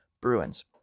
Bruins